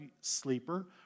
sleeper